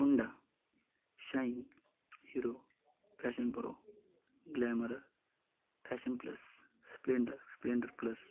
hero shine hero fashion pro glamour fashion plus splendour splendour plus